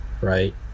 right